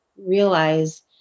realize